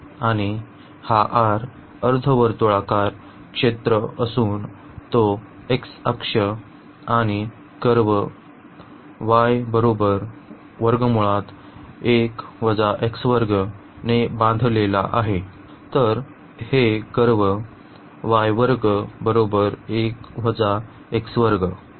आणि हा R अर्धवर्तुळाकार क्षेत्र असून तो एक्स अक्ष आणि कर्व ने बांधलेला आहे